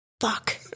fuck